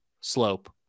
slope